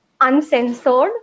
uncensored